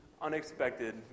unexpected